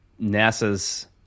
NASA's